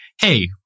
Hey